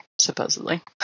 supposedly